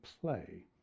play